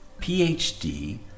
PhD